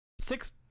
Six